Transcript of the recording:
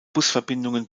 busverbindungen